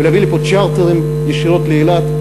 ולהביא לפה צ'רטרים ישירות לאילת.